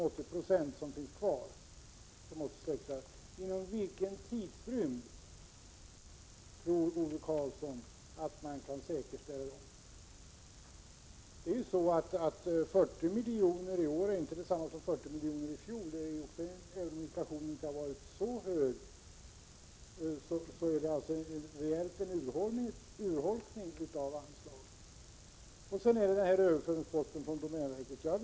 40 milj.kr. i år är inte detsamma som 40 milj.kr. i fjol. Även om inflationen inte har varit så hög är det reellt en urholkning av anslaget. Så till överföringarna från domänverket. Jag vet att domänverket gör mycket bra saker, att det finns domänreservat och mycket annat, men det räcker inte. Jag sade förut att huvudparten av dessa områden är sådana som utan vidare kunde föras över.